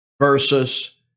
versus